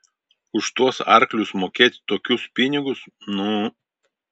už tuos arklius mokėt tokius pinigus nu